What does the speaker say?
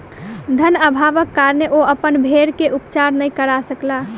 धन अभावक कारणेँ ओ अपन भेड़ के उपचार नै करा सकला